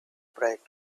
bright